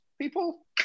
people